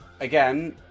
again